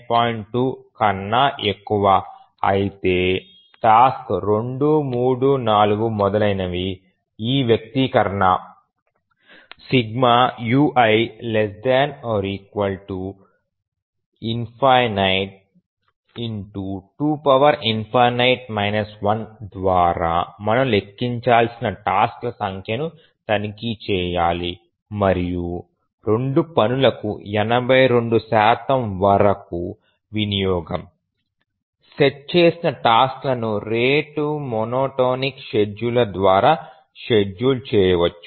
2 కన్నా ఎక్కువ అయితే టాస్క్ 2 3 4 మొదలైనవి ఈ వ్యక్తీకరణ ui ≤∞ ద్వారా మనం లెక్కించాల్సిన టాస్క్ ల సంఖ్యను తనిఖీ చేయాలి మరియు 2 పనులకు 82 వరకు వినియోగం సెట్ చేసిన టాస్క్ లను రేటు మోనోటోనిక్ షెడ్యూలర్ ద్వారా షెడ్యూల్ చేయవచ్చు